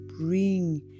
bring